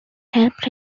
helped